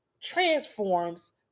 transforms